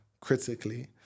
critically